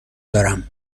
دارم